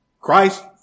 Christ